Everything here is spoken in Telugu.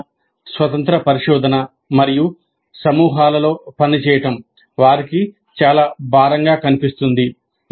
అవగాహన స్వతంత్ర పరిశోధన మరియు సమూహాలలో పనిచేయడం వారికి చాలా భారంగా కనిపిస్తుంది